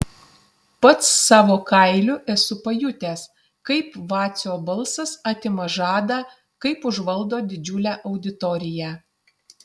pats savo kailiu esu pajutęs kaip vacio balsas atima žadą kaip užvaldo didžiulę auditoriją